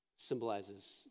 symbolizes